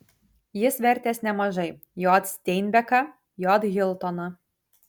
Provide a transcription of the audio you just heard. jis vertęs nemažai j steinbeką j hiltoną